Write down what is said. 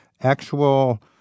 actual